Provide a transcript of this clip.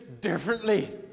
differently